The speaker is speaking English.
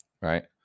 right